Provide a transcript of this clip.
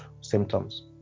symptoms